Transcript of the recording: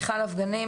מיכל אבגנים,